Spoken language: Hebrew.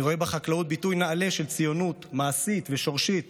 אני רואה בחקלאות ביטוי נעלה של ציונות מעשית ושורשית